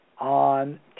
on